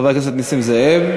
חבר הכנסת נסים זאב,